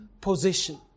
position